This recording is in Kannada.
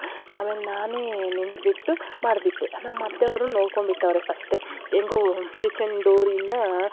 ಆಮೇಲೆ ನಾನೇ ನಿಂತ್ಬಿಟ್ಟು ಮಾಡಿಬಿಟ್ಟೆ ನಮ್ಮತ್ತೆವರು ನೋಡ್ಕೊಂಡು ಬಿಟ್ಟವ್ರೆ ಫಸ್ಟೆ ಹೇಗೋ ಕಿಚನ್ ಡೋರಿಂದ